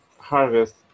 harvest